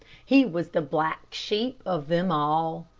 he was the black sheep of them all.